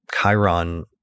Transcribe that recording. Chiron